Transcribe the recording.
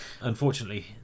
Unfortunately